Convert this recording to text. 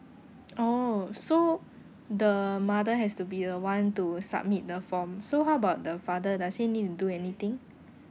oh so the mother has to be the one to submit the form so how about the father does he need to do anything